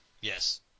Yes